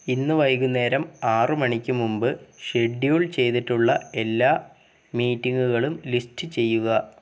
ഇന്ന് വൈകുന്നേരം ആറുമണിക്ക് മുമ്പ് ഷെഡ്യൂൾ ചെയ്തിട്ടുള്ള എല്ലാ മീറ്റിംഗുകളും ലിസ്റ്റ് ചെയ്യുക